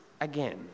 again